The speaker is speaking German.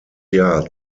jahr